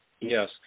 Yes